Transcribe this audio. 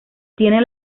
tienen